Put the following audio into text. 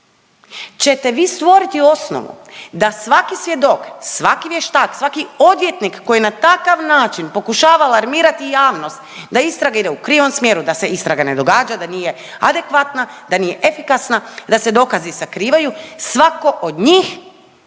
ćete vi stvoriti osnovu da svaki svjedok, svaki vještak, svaki odvjetnik koji na takav način pokušava alarmirati javnost da istraga ide u krivom smjeru, da se istraga ne događa, da nije adekvatna, da nije efikasna, da se dokazi sakrivaju svako od njih